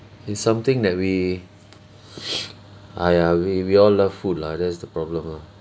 it's something that we !aiya! we we all love food lah that's the problem lah